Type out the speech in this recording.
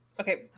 Okay